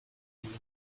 means